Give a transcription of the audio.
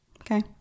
Okay